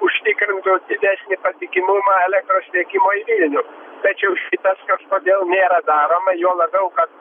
užtikrintų didesnį patikimumą elektros tiekimo į vilnių tačiau šitas kažkodėl nėra daroma juo labiau kad